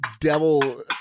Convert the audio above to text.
devil